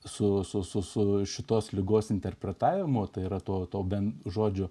su šitos ligos interpretavimu tai yra to be žodžių